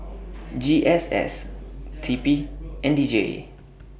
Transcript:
G S S T P and D J